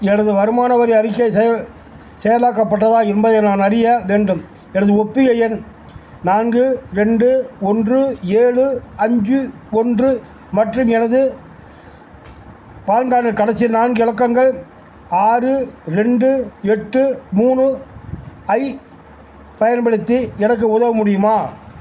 எனது வருமான வரி அறிக்கை செயல் செயலாக்கப்பட்டதா என்பதை நான் அறிய வேண்டும் எனது ஒப்புகை எண் நான்கு ரெண்டு ஒன்று ஏழு அஞ்சு ஒன்று மற்றும் எனது பான் கார்டின் கடைசி நான்கு இலக்கங்கள் ஆறு ரெண்டு எட்டு மூணு ஐப் பயன்படுத்தி எனக்கு உதவ முடியுமா